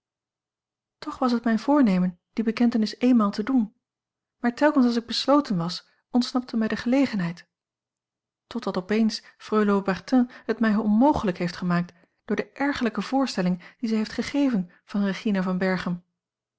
toch was het mijn voornemen die bekentenis eenmaal te doen maar telkens als ik besloten was ontsnapte mij de gelegenheid totdat opeens freule haubertin het mij onmogelijk heeft gemaakt door de ergerlijke voorstelling die zij heeft gegeven van regina van berchem